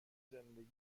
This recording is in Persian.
زندگی